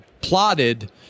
plotted